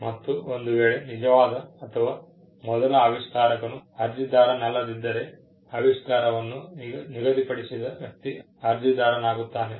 ಮತ್ತು ಒಂದು ವೇಳೆ ನಿಜವಾದ ಅಥವಾ ಮೊದಲ ಆವಿಷ್ಕಾರಕನು ಅರ್ಜಿದಾರನಲ್ಲದಿದ್ದರೆ ಆವಿಷ್ಕಾರವನ್ನು ನಿಗದಿಪಡಿಸಿದ ವ್ಯಕ್ತಿ ಅರ್ಜಿದಾರನಾಗುತ್ತಾನೆ